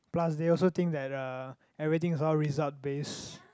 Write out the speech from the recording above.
plus they also think that uh everything is all result based